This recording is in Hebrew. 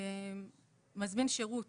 כך שמזמין שירות